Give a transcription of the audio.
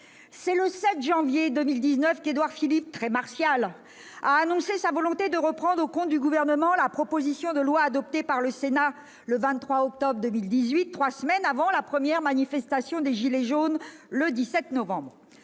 C'est le 7 janvier 2019 qu'Édouard Philippe, très martial, a annoncé sa volonté de reprendre pour le compte du Gouvernement la proposition de loi adoptée par le Sénat le 23 octobre 2018, trois semaines avant la première manifestation des « gilets jaunes », le 17 novembre.